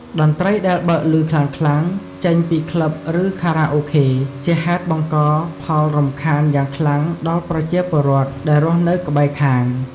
តន្ត្រីដែល បើកឮខ្លាំងៗ ចេញពី ក្លឹប ឬខារ៉ាអូខេ ជាហេតុបង្កផលរំខានយ៉ាងខ្លាំងដល់ ប្រជាពលរដ្ឋដែលរស់នៅក្បែរខាង។